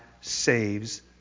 saves